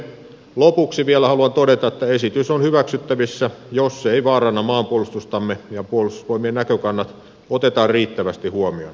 lopuksi vielä haluan todeta että esitys on hyväksyttävissä jos se ei vaaranna maanpuolustustamme ja puolustusvoimien näkökannat otetaan riittävästi huomioon